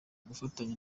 gufatanya